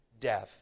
death